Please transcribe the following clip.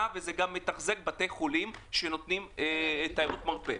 וזה גם מתחזק בתי חולים שנותנים תיירות מרפא.